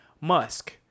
Musk